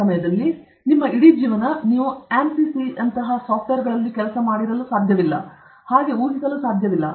ಅದೇ ಸಮಯದಲ್ಲಿ ನಿಮ್ಮ ಜೀವನ ಇಡೀ ಜೀವನ ನೀವು ಅನ್ಸಿಸ್ ಫ್ಲವೆಂಟ್ ನಂತಹ ಕೆಲವು ಸಾಫ್ಟ್ವೇರ್ಗಳಲ್ಲಿ ಕೆಲಸ ಮಾಡುತ್ತೀರಿ ಎಂದು ಊಹಿಸಲು ಸಾಧ್ಯವಿಲ್ಲ